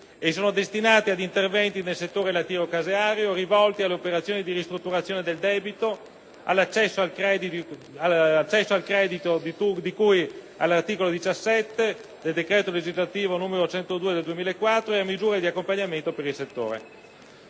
e sono destinate ad interventi nel settore lattiero-caseario: alle operazioni di ristrutturazione del debito, all'accesso al credito di cui all'articolo 17 del decreto legislativo n. 102 del 2004 ed a misure di accompagnamento per il settore.